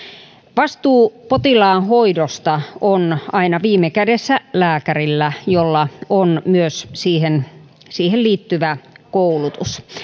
vastuu potilaan hoidosta on aina viime kädessä lääkärillä jolla on myös siihen siihen liittyvä koulutus